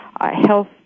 Health